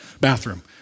bathroom